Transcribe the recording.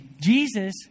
Jesus